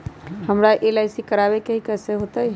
हमरा एल.आई.सी करवावे के हई कैसे होतई?